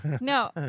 no